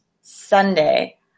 Sunday